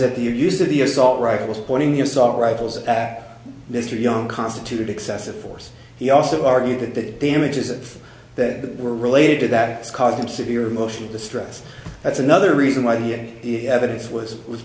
that the use of the assault rifles pointing the assault rifles at mr young constituted excessive force he also argued that the damages of that were related to that caused him severe emotional distress that's another reason why the evidence was was